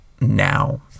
now